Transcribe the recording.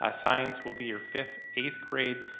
ah science will be your fifth, eighth grade,